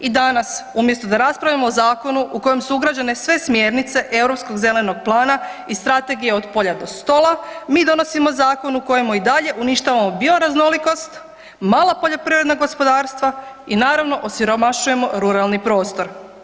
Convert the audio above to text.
I danas umjesto da raspravljamo o zakonu u kojem su ugrađene sve smjernice Europskog zelenog plana i strategije od polja do stola, mi donosimo zakon u kojemu i dalje uništavamo bioraznolikost, mala poljoprivredna gospodarstva i naravno osiromašujemo ruralni prostor.